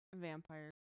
Vampire